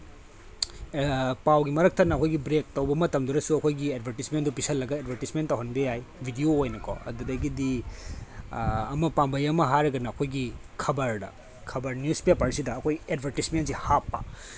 ꯄꯥꯎꯒꯤ ꯃꯔꯛ ꯊꯠꯅ ꯑꯩꯈꯣꯏꯒꯤ ꯕ꯭ꯔꯦꯛ ꯇꯧꯕ ꯃꯇꯝꯗꯨꯗꯁꯨ ꯑꯩꯈꯣꯏꯒꯤ ꯑꯦꯠꯚꯔꯇꯤꯁꯃꯦꯟꯗꯨ ꯄꯤꯁꯜꯂꯒ ꯑꯦꯠꯚꯔꯇꯤꯁꯃꯦꯟ ꯇꯧꯍꯟꯕ ꯌꯥꯏ ꯚꯤꯗꯤꯑꯣ ꯑꯣꯏꯅꯀꯣ ꯑꯗꯨꯗꯒꯤꯗꯤ ꯑꯃ ꯄꯥꯝꯕꯩ ꯑꯃ ꯍꯥꯏꯔꯒꯅ ꯑꯩꯈꯣꯏꯒꯤ ꯈꯕꯔꯗ ꯈꯕꯔ ꯅ꯭ꯌꯨꯁꯄꯦꯄꯔꯁꯤꯗ ꯑꯩꯈꯣꯏ ꯑꯦꯠꯚꯔꯇꯤꯁꯃꯦꯟꯁꯤ ꯍꯥꯞꯄ